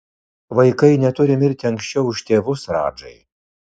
vaikai neturi mirti anksčiau už tėvus radžai